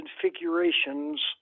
configurations